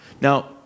Now